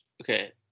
okay